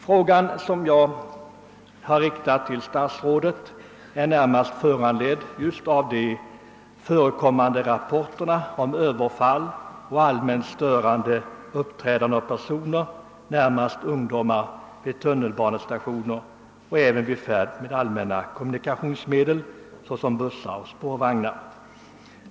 Min fråga är närmast föranledd av rapporterna om överfall och allmänt störande uppträdande, främst av ungdomar, vid tunnelbanestationer och på allmänna kommunikationsmedel såsom bussar och spårvagnar.